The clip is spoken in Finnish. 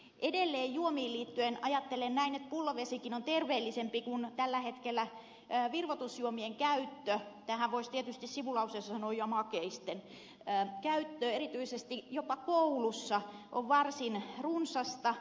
edelleen juomiin liittyen ajattelen että pullovesikin on terveellisempää kuin tällä hetkellä virvoitusjuomien käyttö tähän voisi tietysti sivulauseessa sanoa ja makeisten käyttö joka erityisesti jopa koulussa on varsin runsasta